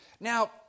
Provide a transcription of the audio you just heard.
Now